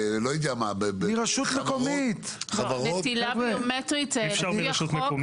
כי למעשה המאגר הביומטרי לא מחזיר מידע חזרה אלינו,